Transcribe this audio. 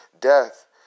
death